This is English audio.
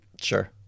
Sure